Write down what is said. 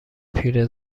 پیره